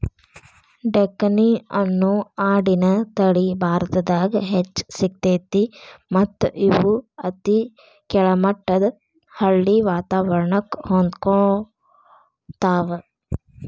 ಡೆಕ್ಕನಿ ಅನ್ನೋ ಆಡಿನ ತಳಿ ಭಾರತದಾಗ್ ಹೆಚ್ಚ್ ಸಿಗ್ತೇತಿ ಮತ್ತ್ ಇವು ಅತಿ ಕೆಳಮಟ್ಟದ ಹಳ್ಳಿ ವಾತವರಣಕ್ಕ ಹೊಂದ್ಕೊತಾವ